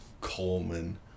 Coleman